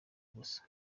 gusa